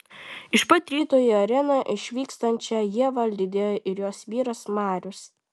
iš pat ryto į areną išvykstančią ievą lydėjo ir jos vyras marius